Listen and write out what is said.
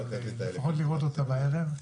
אבל לפחות לראות אותה בערב.